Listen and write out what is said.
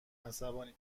عصبانی